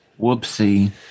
Whoopsie